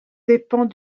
dépend